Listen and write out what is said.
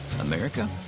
America